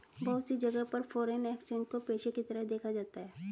बहुत सी जगह पर फ़ोरेन एक्सचेंज को पेशे के तरह देखा जाता है